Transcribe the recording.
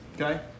Okay